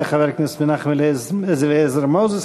תודה לחבר הכנסת מנחם אליעזר מוזס.